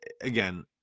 again